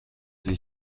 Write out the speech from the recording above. sie